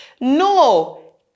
no